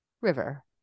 river